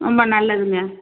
ரொம்ப நல்லதுங்க